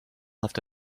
left